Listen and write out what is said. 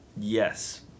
Yes